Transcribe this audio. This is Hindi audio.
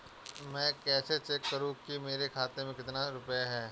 मैं कैसे चेक करूं कि मेरे खाते में कितने रुपए हैं?